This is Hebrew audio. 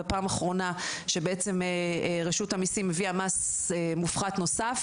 ובפעם האחרונה שבעצם רשות המיסים הביאה מס מופחת נוסף,